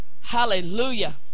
Hallelujah